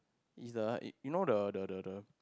is the you know the the the the